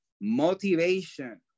motivation